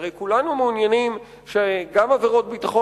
כי הרי כולנו מעוניינים שגם עבירות ביטחון,